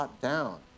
down